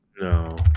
no